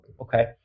okay